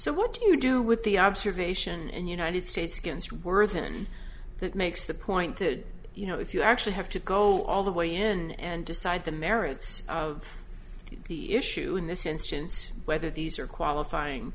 so what do you do with the observation and united states against worthen that makes the pointed you know if you actually have to go all the way and decide the merits of the issue in this instance whether these are qualifying